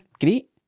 great